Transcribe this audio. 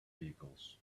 vehicles